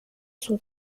son